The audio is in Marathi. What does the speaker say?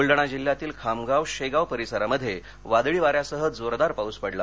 बलडाणा जिल्ह्यातील खामगाव शेगाव परिसरामध्ये वादळी वाऱ्यासह जोरदार पाऊस पडला